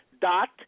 dot